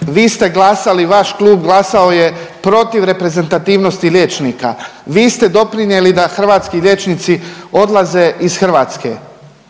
Vi ste glasali, vaš klub glasao je protiv reprezentativnosti liječnika, vi ste doprinijeli da hrvatski liječnici odlaze iz Hrvatske.